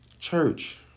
Church